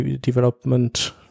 development